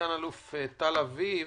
סגן אלוף טל אביב,